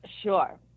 Sure